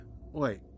Wait